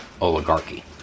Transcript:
oligarchy